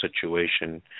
situation